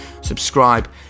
subscribe